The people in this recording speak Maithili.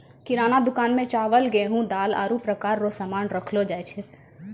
किराना दुकान मे चावल, गेहू, दाल, आरु प्रकार रो सामान राखलो जाय छै